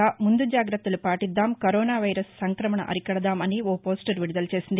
ముందు జాగ్రత్తలు పాటిద్దాం కరోనా వైరస్ సంక్రమణ అరికడదాంఅని ఓ పోస్టర్ విడుదల చేసింది